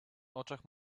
oczach